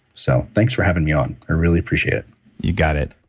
so, thanks for having me on. i really appreciate it you got it.